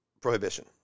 prohibition